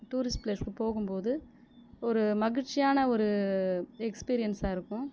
tourist ப்ளேஸுக்கு போகும் போது ஒரு மகிழ்ச்சியான ஒரு எக்ஸ்பீரியன்ஸாக இருக்கும்